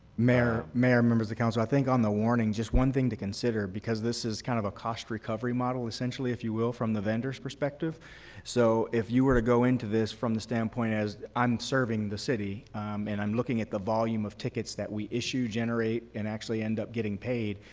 mayor, members of the council, i think on the warning, just one thing to consider, because this is kind of a cost recovery model, essentially, if you will, from the vendor's perspective so if you were to go into this from the standpoint as i'm serving the city and i'm looking at the volume of tickets that we issue, generate and actually end up getting paid,